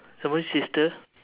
someone's my sister